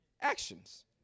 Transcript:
actions